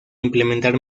implementar